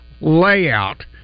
layout